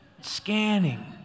scanning